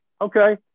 Okay